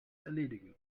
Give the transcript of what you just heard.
erledigen